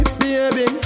baby